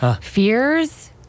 fears